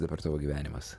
dabar tavo gyvenimas